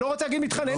לא רוצה להגיד מתחננים,